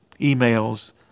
emails